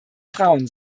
frauen